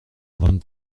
vingt